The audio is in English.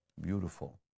Beautiful